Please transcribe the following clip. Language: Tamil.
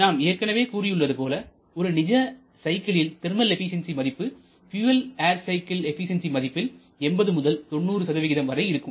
நாம் ஏற்கனவே கூறியுள்ளது போல ஒரு நிஜ சைக்கிளின் தெர்மல் எபிசென்சி மதிப்பு பியூயல் ஏர் சைக்கிள் எபிசென்சி மதிப்பில் 80 முதல் 90 வரை இருக்கும்